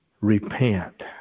Repent